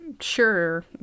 sure